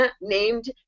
named